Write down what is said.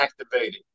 activated